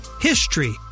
HISTORY